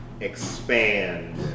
Expand